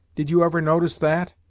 did you ever notice that?